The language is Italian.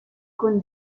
con